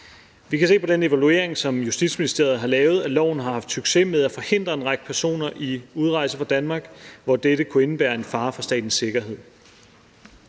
Vi kan se på den evaluering, som Justitsministeriet har lavet af loven, at man har haft succes med at forhindre en række personer i at udrejse for Danmark, hvor dette kunne indebære en fare for statens sikkerhed.